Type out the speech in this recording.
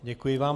Děkuji vám.